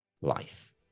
life